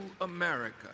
America